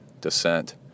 descent